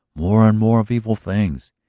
more and more of evil things.